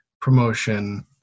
promotion